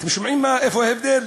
אתם שומעים איפה ההבדל?